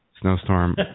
snowstorm